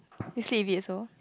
you sleep with it also